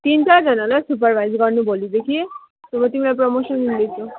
तिन चारजनालाई सुपरभाइज गर्नु भोलिदेखि अब तिमीलाई प्रमोसन दिँदैछु